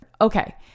okay